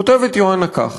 כותבת יוהנה כך: